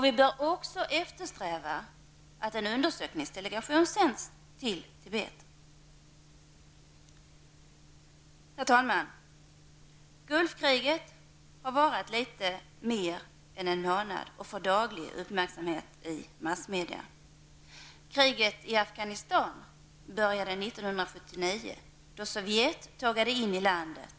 Vi bör också eftersträva att en undersökningsdelegation sänds till Tibet. Herr talman! Gulfkriget har varat i litet mer än en månad, och det får dagligen uppmärksamhet i massmedia. Kriget i Afghanistan började 1979, då Sovjet tågade in i landet.